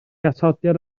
atodiad